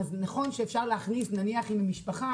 נכון שאפשר להכניס משפחה,